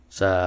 sa